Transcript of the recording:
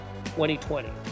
2020